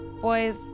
boys